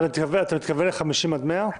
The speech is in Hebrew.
אתה מתכוון ל-50 עד 100?